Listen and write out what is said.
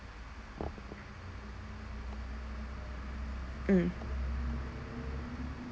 mm